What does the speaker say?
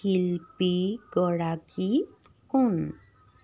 শিল্পীগৰাকী কোন